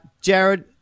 Jared